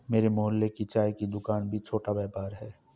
मेरे मोहल्ले की चाय की दूकान भी छोटा व्यापार है